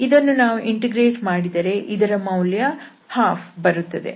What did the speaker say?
ಇದನ್ನು ಈಗ ನಾವು ಇಂಟಿಗ್ರೇಟ್ ಮಾಡಿದರೆ ಇದರ ಮೌಲ್ಯ 12 ಬರುತ್ತದೆ